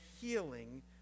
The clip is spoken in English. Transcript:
healing